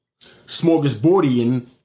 smorgasbordian